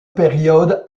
période